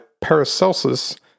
Paracelsus